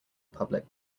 public